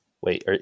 Wait